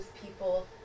people